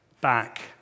back